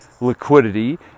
liquidity